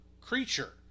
creature